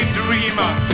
dreamer